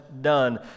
done